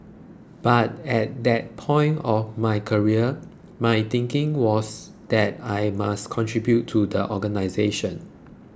but at that point of my career my thinking was that I must contribute to the organisation